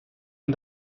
він